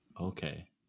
Okay